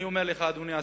אני אומר לך, אדוני השר,